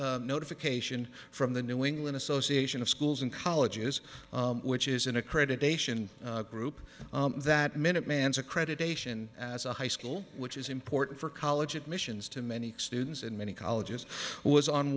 received notification from the new england association of schools and colleges which is an accreditation group that minute man's accreditation as a high school which is important for college admissions to many students and many colleges was on